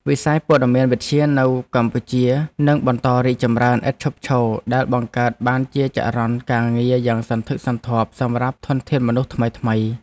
វិស័យព័ត៌មានវិទ្យានៅកម្ពុជានឹងបន្តរីកចម្រើនឥតឈប់ឈរដែលបង្កើតបានជាចរន្តការងារយ៉ាងសន្ធឹកសន្ធាប់សម្រាប់ធនធានមនុស្សថ្មីៗ។